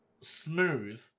smooth